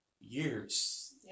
years